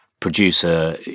producer